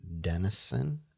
Denison